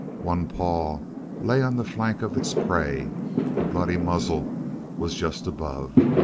one paw lay on the flank of its prey the bloody muzzle was just above.